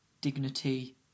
dignity